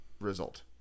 Result